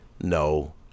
no